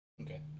Okay